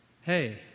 hey